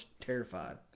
terrified